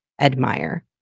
admire